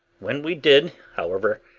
when we did, however,